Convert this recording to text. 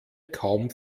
kaum